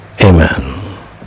Amen